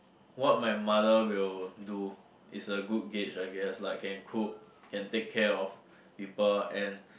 what my mother will do is a good gauge I guess like can cook can take care of people and